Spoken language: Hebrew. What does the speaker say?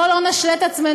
בואו לא נשלה את עצמנו,